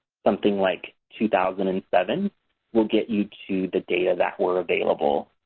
something like two thousand and seven will get you to the data that were available.